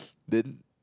then